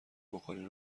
بخاری